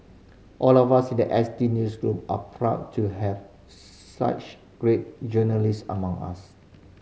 all of us in the S T newsroom are proud to have such great journalists among us